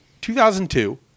2002